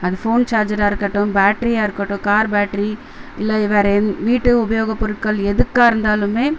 அது ஃபோன் சார்ஜராக இருக்கட்டும் பேட்ரியாக இருக்கட்டும் கார் பேட்ரி இல்லை வேற வீட்டு உபயோக பொருட்கள் எதுக்காக இருந்தாலுமே